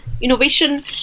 innovation